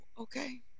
Okay